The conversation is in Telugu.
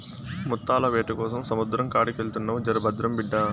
ముత్తాల వేటకోసం సముద్రం కాడికెళ్తున్నావు జర భద్రం బిడ్డా